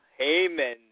Heyman